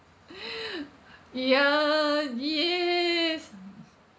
ya yes